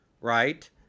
Right